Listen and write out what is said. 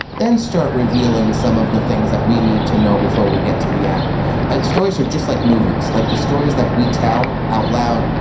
then start revealing some of the things that we need to know before we get to the end stories are just like movies. like the stories that we tell out loud,